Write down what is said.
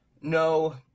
No